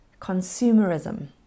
consumerism